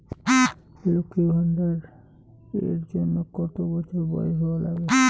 লক্ষী ভান্ডার এর জন্যে কতো বছর বয়স হওয়া লাগে?